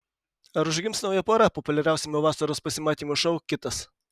ar užgims nauja pora populiariausiame vasaros pasimatymų šou kitas